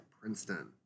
Princeton